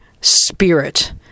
spirit